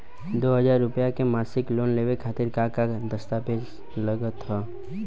दो हज़ार रुपया के मासिक लोन लेवे खातिर का का दस्तावेजऽ लग त?